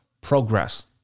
progress